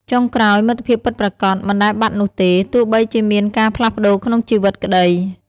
ចុងក្រោយ មិត្តភាពពិតប្រាកដ មិនដែលបាត់នោះទេ ទោះបីជាមានការផ្លាស់ប្តូរក្នុងជីវិតក្ដី។